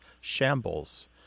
shambles